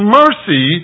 mercy